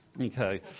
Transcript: Okay